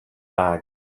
bags